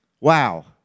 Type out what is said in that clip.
Wow